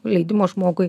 leidimo žmogui